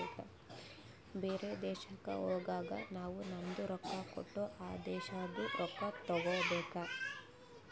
ಬೇರೆ ದೇಶಕ್ ಹೋಗಗ್ ನಾವ್ ನಮ್ದು ರೊಕ್ಕಾ ಕೊಟ್ಟು ಆ ದೇಶಾದು ರೊಕ್ಕಾ ತಗೋಬೇಕ್